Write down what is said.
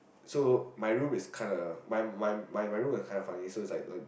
so my room is kinda my my my my room is kinda funny so it's like like